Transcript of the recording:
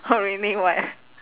not really [what]